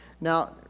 Now